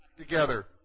together